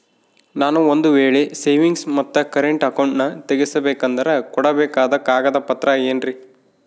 ನಾನು ಒಂದು ವೇಳೆ ಸೇವಿಂಗ್ಸ್ ಮತ್ತ ಕರೆಂಟ್ ಅಕೌಂಟನ್ನ ತೆಗಿಸಬೇಕಂದರ ಕೊಡಬೇಕಾದ ಕಾಗದ ಪತ್ರ ಏನ್ರಿ?